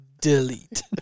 delete